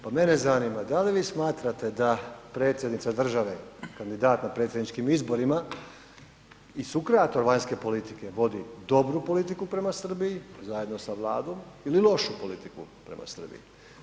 Pa mene zanima da li vi smatrate da predsjednica države, kandidat na predsjedničkim izborima i sukreator vanjske politike vodi dobru politiku prema Srbiji zajedno sa Vladom ili lošu politiku prema Srbiji.